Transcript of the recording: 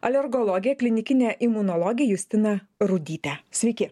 alergologę klinikinę imunologę justiną rudytę sveiki